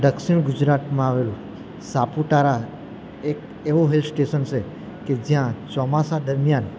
દક્ષિણ ગુજરાતમાં આવેલું સાપુતારા એક એવું હિલ સ્ટેશન છે કે જ્યાં ચોમાસા દરમિયાન